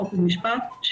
חוק ומשפט,